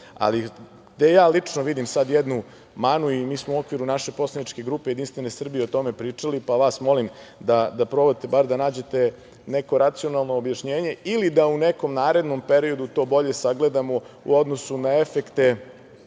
ali gde ja lično vidim sada jednu manu i mi smo u okviru naše poslaničke grupe Jedinstvene Srbije o tome pričali, pa vas molim da probate bar da nađete neko racionalno objašnjenje ili da u nekom narednom periodu to bolje sagledamo u odnosu na efekte